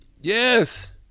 Yes